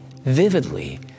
vividly